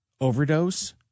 overdose